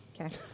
Okay